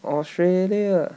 australia